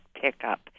pickup